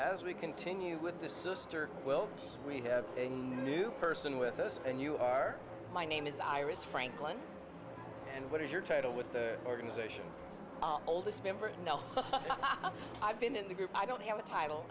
as we continue with this sister will we have a new person with us and you are my name is iris franklin and what is your title with the organization oldest member nelson i've been in the group i don't have a title